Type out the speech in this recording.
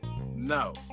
no